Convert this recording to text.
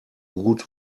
gut